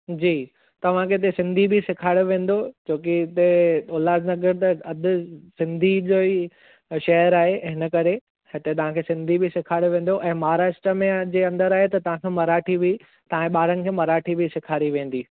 जी तव्हांखे हिते सिंधी बि सेखारियो वेंदो छो कि हिते उल्हास नगर त अधु सिंधी जो ई शहर आहे इन करे हिते तव्हां खे सिंधी बि सेखारियो वेंदो ऐं महाराष्ट्र में जे अंदर आहे त तव्हां खे मराठी बि तव्हांजे ॿारनि खे मराठी बि सेखारी वेंदी